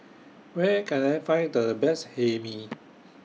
Where Can I Find The Best Hae Mee